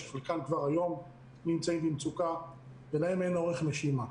חלקם כבר היום נמצאים במצוקה ולהם אין אורך נשימה.